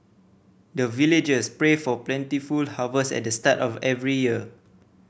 the villagers pray for plentiful harvest at the start of every year